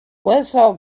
whistle